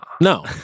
No